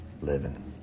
living